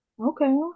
Okay